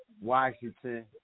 Washington